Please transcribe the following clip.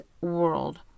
world